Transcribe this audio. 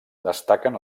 destaquen